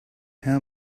how